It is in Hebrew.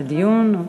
לדיון?